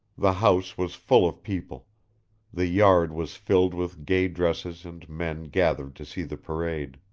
the house was full of people the yard was filled with gay dresses and men gathered to see the parade.